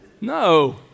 No